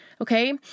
Okay